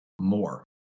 more